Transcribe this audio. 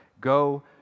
Go